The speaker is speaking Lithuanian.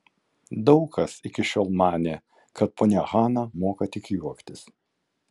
daug kas iki šiol manė kad ponia hana moka tik juoktis